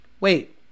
Wait